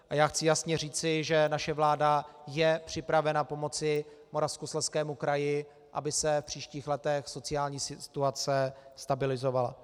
A já chci jasně říci, že naše vláda je připravena pomoci Moravskoslezskému kraji, aby se v příštích letech sociální situace stabilizovala.